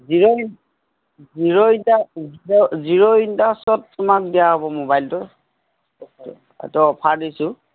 zero in zero ইণ্টা zero ইণ্টাৰ্ছত তোমাক দিয়া হ'ব মোবাইলটো এইটো অফাৰ দিছোঁ